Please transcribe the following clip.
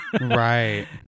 Right